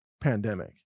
pandemic